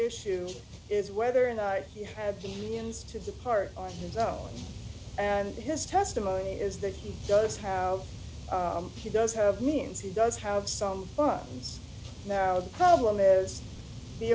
issue is whether or not i have kenyans to depart on his own and his testimony is that he does have he does have means he does have some fun now the problem is the